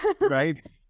Right